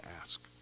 ask